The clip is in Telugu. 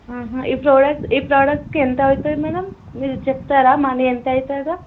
ఈ ప్రోడక్ట్ ఈ ప్రోడక్ట్కి ఎంత అవుతుంది మేడం మీరు చెప్తారా మనీ ఎంత అవుతుందో